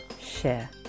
Share